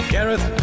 Gareth